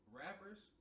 rappers